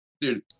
Dude